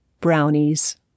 Brownies